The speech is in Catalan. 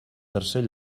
tercer